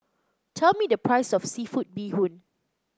tell me the price of seafood Bee Hoon